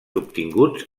obtinguts